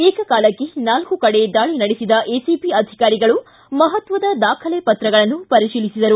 ಏಕಕಾಲಕ್ಷೆ ನಾಲ್ಲು ಕಡೆ ದಾಳಿ ನಡೆಸಿದ ಎಸಿಬಿ ಅಧಿಕಾರಿಗಳು ಮಹತ್ವದ ದಾಖಲೆ ಪತ್ರಗಳನ್ನು ಪರಿಶೀಲಿಸಿದರು